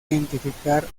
identificar